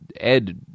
Ed